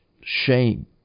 shame